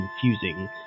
confusing